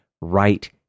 right